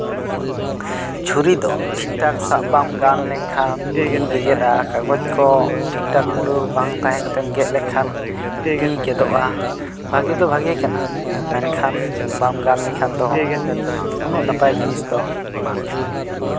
ᱪᱷᱩᱨᱤ ᱫᱚ ᱴᱷᱤᱠᱼᱴᱷᱟᱠ ᱥᱟᱵ ᱵᱟᱝ ᱜᱟᱱ ᱞᱮᱱᱠᱷᱟᱱ ᱛᱤ ᱜᱮᱜᱮᱫᱼᱟ ᱠᱟᱜᱚᱡ ᱠᱚ ᱴᱷᱤᱠᱼᱴᱷᱟᱠ ᱢᱩᱲᱟᱹᱣ ᱵᱟᱝ ᱛᱟᱦᱮᱸ ᱠᱟᱛᱮᱫ ᱮᱢ ᱜᱮᱫ ᱞᱮᱠᱷᱟᱱ ᱛᱤ ᱜᱮᱫᱚᱜᱼᱟ ᱵᱷᱟᱹᱜᱤ ᱫᱚ ᱵᱷᱟᱹᱜᱤ ᱠᱟᱱᱟ ᱢᱮᱱᱠᱷᱟᱱ ᱵᱟᱢ ᱜᱟᱱ ᱞᱮᱠᱷᱟᱱ ᱫᱚ ᱩᱱᱟᱹᱜ ᱱᱟᱯᱟᱭ ᱡᱤᱱᱤᱥ ᱫᱚ ᱵᱟᱝ ᱠᱟᱱᱟ